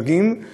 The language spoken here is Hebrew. ולמעשה,